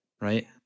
right